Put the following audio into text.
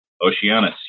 Oceanus